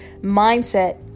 mindset